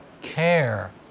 care